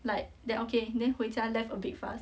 like then okay then 回家 left a big fuss